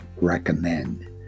recommend